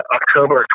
October